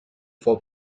for